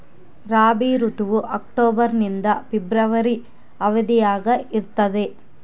ರಾಬಿ ಋತುವು ಅಕ್ಟೋಬರ್ ನಿಂದ ಫೆಬ್ರವರಿ ಅವಧಿಯಾಗ ಇರ್ತದ